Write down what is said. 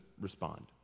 respond